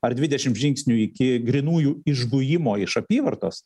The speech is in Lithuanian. ar dvidešim žingsnių iki grynųjų išgujimo iš apyvartos